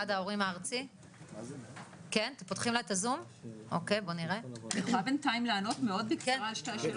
אפשר בינתיים לענות בקצרה?